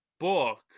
Book